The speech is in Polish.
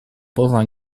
poza